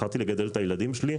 בחרתי לגדל כאן את הילדים שלי,